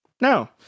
no